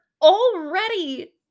already